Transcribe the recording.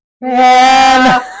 Man